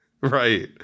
right